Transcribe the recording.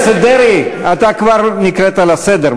דרעי, אתה כבר נקראת לסדר.